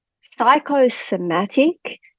psychosomatic